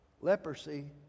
leprosy